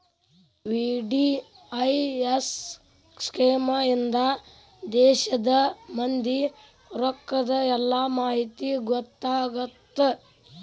VDIS scheme ಇಂದಾ ದೇಶದ್ ಮಂದಿ ರೊಕ್ಕದ್ ಎಲ್ಲಾ ಮಾಹಿತಿ ಗೊತ್ತಾಗತ್ತ